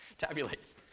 Tabulates